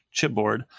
chipboard